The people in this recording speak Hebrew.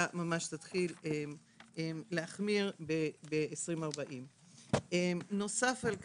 ממש תחמיר החל משנת 2040. נוסף על כך,